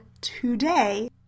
today